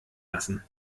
lassen